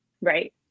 Right